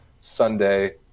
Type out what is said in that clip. Sunday